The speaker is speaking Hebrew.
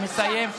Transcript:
אני מסיים.